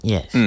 Yes